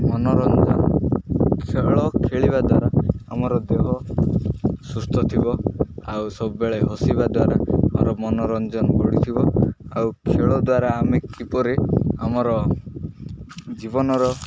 ମନୋରଞ୍ଜନ ଖେଳ ଖେଳିବା ଦ୍ୱାରା ଆମର ଦେହ ସୁସ୍ଥ ଥିବ ଆଉ ସବୁବେଳେ ହସିବା ଦ୍ୱାରା ଆମର ମନୋରଞ୍ଜନ ବଢ଼ିଥିବ ଆଉ ଖେଳ ଦ୍ୱାରା ଆମେ କିପରି ଆମର ଜୀବନର